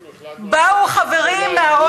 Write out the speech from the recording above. אנחנו החלטנו על זה בממשלה עם בוז'י.